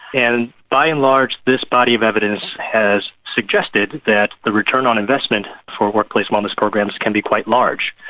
and by and large this body of evidence has suggested that the return on investment for workplace wellness programs can be quite large.